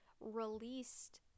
released